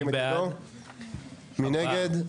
מי נגד?